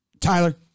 Tyler